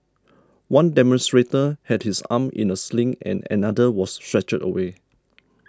one demonstrator had his arm in a sling and another was stretchered away